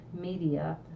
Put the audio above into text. media